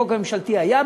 בחוק הממשלתי הייתה,